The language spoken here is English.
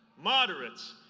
moderates,